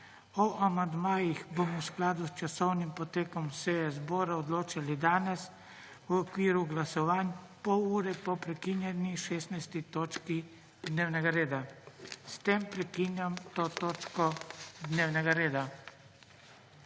O amandmajih bomo v skladu s časovnim potekom seje zbora odločali danes v okviru glasovanj, pol ure po prekinjeni 16. točki dnevnega reda. S tem prekinjam to točko dnevnega reda.